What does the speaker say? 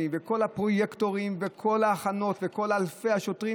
וכל הפרויקטורים וכל ההכנות וכל אלפי השוטרים,